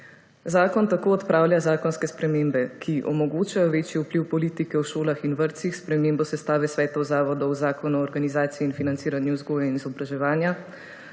Zakon tako odpravlja zakonske spremembe, ki omogočajo večji vpliv politike v šolah in vrtcih s spremembo sestave Svetov zavodov o Zakonu o organizaciji in financiranju vzgoje in izobraževanja,